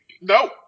no